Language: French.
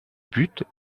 but